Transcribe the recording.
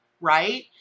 right